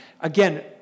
again